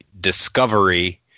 discovery